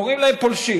קוראים להם פולשים.